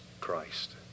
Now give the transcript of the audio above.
Christ